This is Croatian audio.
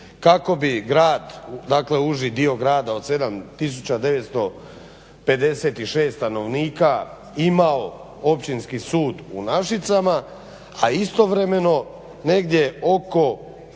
kako bi grad, dakle uži dio grada od 7 956 stanovnika imao Općinski sud u Našicama, a istovremeno negdje oko